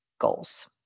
goals